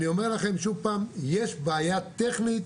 אני אומר לכם שוב פעם, יש בעיה טכנית,